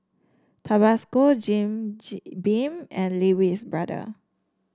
Tabasco Jim Beam and Lee Wee's Brother